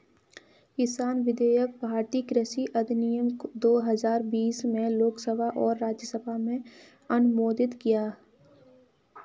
किसान विधेयक भारतीय कृषि अधिनियम दो हजार बीस में लोकसभा और राज्यसभा में अनुमोदित किया